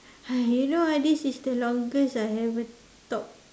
!hais! you know ah this is the longest I've ever talked